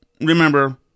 Remember